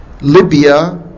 libya